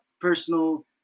personal